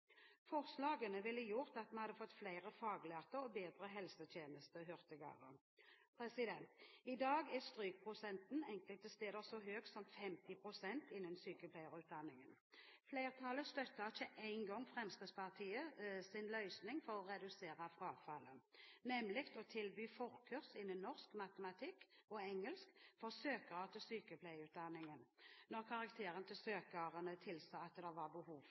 Forslagene ville gjort at vi hadde fått flere faglærte og en bedre helsetjeneste hurtigere. I dag er strykprosenten enkelte steder så høy som 50 pst. innen sykepleierutdanningen. Flertallet støttet ikke engang Fremskrittspartiets løsning for å redusere frafallet, nemlig å tilby forkurs innen norsk, matematikk og engelsk for søkere til sykepleierutdanningen, når karakterene til søkerne tilsa at det var behov